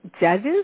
judges